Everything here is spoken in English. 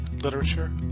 literature